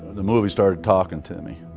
the movie started talking to me.